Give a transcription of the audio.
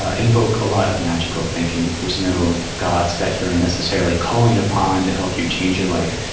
ah invoke a lot of magical thinking. there's no gods that you're and necessarily calling upon to help you change your life.